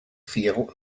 feel